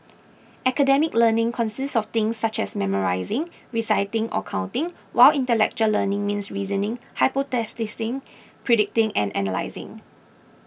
academic learning consists of things such as memorising reciting or counting while intellectual learning means reasoning hypothesising predicting and analysing